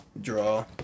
Draw